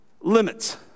limits